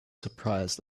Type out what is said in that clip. surprised